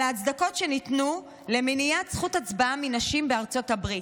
על הצדקות שניתנו למניעת זכות הצבעה מנשים בארצות הברית.